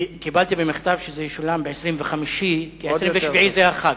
קיבלתי מכתב שזה ישולם ב-25 כי 27 זה החג.